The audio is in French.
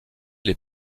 les